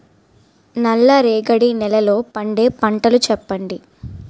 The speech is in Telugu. నల్ల రేగడి నెలలో పండే పంటలు చెప్పండి?